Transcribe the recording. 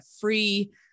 free